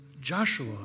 Joshua